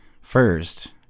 first